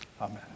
Amen